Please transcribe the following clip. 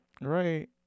right